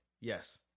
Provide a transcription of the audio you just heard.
Yes